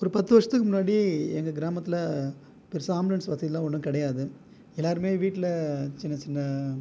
ஒரு பத்து வருஷத்துக்கு முன்னாடி எங்கள் கிராமத்தில் பெரிசா ஆம்புலன்ஸ் வசதியெலாம் ஒன்றும் கிடையாது எல்லோருமே வீட்டில் சின்ன சின்ன